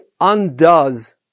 undoes